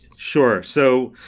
sure. so,